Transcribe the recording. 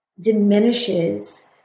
diminishes